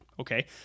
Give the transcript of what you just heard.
Okay